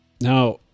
Now